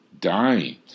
dying